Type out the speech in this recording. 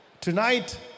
tonight